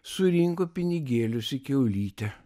surinko pinigėlius į kiaulytę